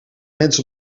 mens